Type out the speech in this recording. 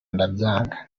ndabyanga